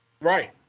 Right